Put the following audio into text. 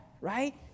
right